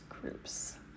groups